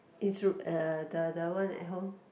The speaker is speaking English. east road uh the the one at home